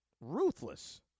ruthless